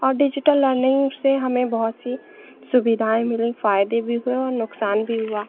और digital learning से हमें बहुत सी सुविधाएँ मिलीं फ़ायदे भी हुए और नुकसान भी हुआ